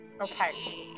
Okay